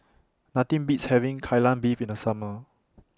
Nothing Beats having Kai Lan Beef in The Summer